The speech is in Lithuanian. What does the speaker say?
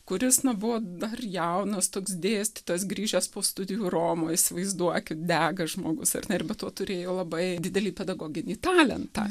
kuris na buvo dar jaunas toks dėstytojas grįžęs po studijų romoje įsivaizduokit dega žmogus ar ne ir be to turėjo labai didelį pedagoginį talentą